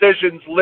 decisions